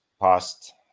past